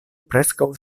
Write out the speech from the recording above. preskaŭ